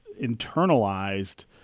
internalized